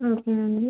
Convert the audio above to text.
ఓకేనండి